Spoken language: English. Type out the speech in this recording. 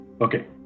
Okay